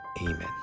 Amen